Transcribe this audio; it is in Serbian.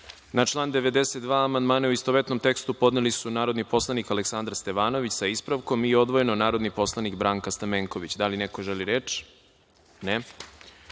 član 92. amandmane, u istovetnom tekstu, podneli su narodni poslanik Aleksandar Stevanović, sa ispravkom, i odvojeno narodni poslanik Branka Stamenković. Da li neko želi reč?